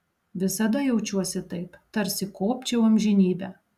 visada jaučiuosi taip tarsi kopčiau amžinybę